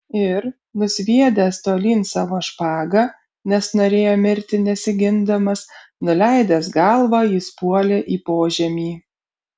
ir nusviedęs tolyn savo špagą nes norėjo mirti nesigindamas nuleidęs galvą jis puolė į požemį